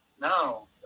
No